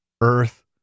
earth